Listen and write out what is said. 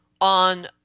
on